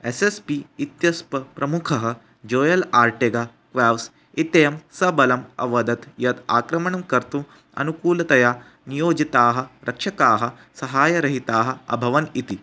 S S P इत्यस्य प्रमुखः Joel Ortega क्वाव्स् इत्ययं स बलम् अवदत् यत् आक्रमणं कर्तुम् अनुकूलतया नियोजिताः रक्षकाः सहाय्यरहिताः अभवन् इति